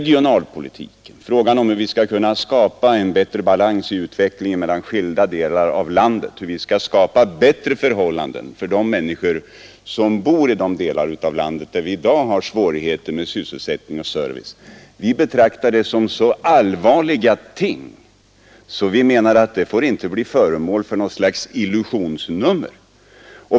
Frågan om hur vi skall kunna skapa en bättre balans i utvecklingen mellan skilda delar av landet, hur vi skall kunna skapa bättre förhållanden för de människor som bor i de delar av landet där vi i dag har svårigheter med sysselsättning och service, betraktar vi som så allvarlig att vi menar att den inte får bli föremål för något slags illusionsnummer.